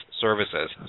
Services